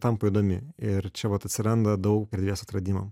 tampa įdomi ir čia vat atsiranda daug erdvės atradimam